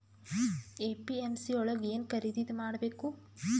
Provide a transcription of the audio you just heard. APMC ಯೊಳಗ ಏನ್ ಖರೀದಿದ ಮಾಡ್ಬೇಕು?